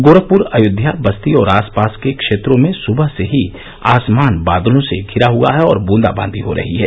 गोरखपुर अयोध्या बस्ती और आसपास के क्षेत्रों में सुबह से ही आसमान बादलों से घिरा हुआ है और बूंदाबादी हो रही है